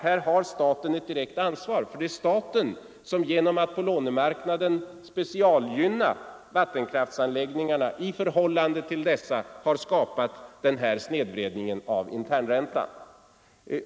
Här har staten ett direkt ansvar, för det är staten som genom att på lånemarknaden specialgynna vattenkraftsanläggningarna i förhållande till mottrycksanläggningarna har skapat denna snedvridning av internräntan.